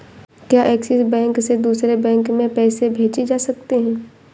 क्या Axis bank से दूसरे बैंक में पैसे भेजे जा सकता हैं?